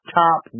top